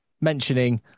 mentioning